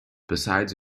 besides